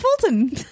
Fulton